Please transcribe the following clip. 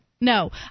No